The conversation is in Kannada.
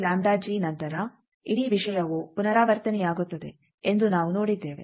5 ನಂತರ ಇಡೀ ವಿಷಯವು ಪುನರಾವರ್ತನೆಯಾಗುತ್ತದೆ ಎಂದು ನಾವು ನೋಡಿದ್ದೇವೆ